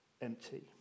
empty